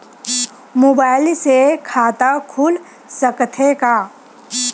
Mobile से खाता खुल सकथे का?